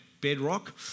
bedrock